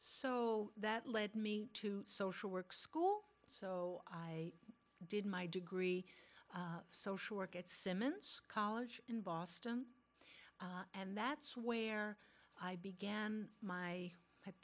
so that led me to social work school so i did my degree of social work at simmons college in boston and that's where i began my at